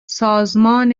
سازمان